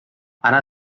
ara